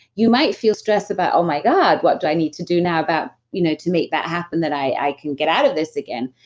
you might feel stress about oh my god, what do i need to do now about. you know to make that happen that i can get out of this again?